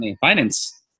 finance